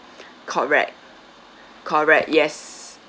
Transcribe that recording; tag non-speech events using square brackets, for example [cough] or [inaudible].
[breath] correct correct yes